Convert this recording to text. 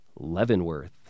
Leavenworth